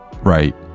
Right